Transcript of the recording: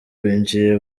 binjiye